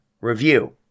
review